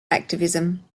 activism